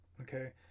Okay